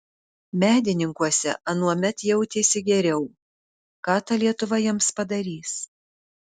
medininkuose anuomet jautėsi geriau ką ta lietuva jiems padarys